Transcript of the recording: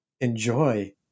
enjoy